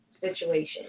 situation